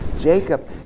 Jacob